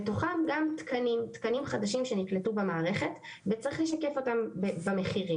בתוכם גם תקנים תקנים חדשים שנקלטו במערכת וצריך לשקף אותם במחירים.